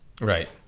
Right